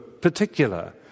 particular